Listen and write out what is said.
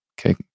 Okay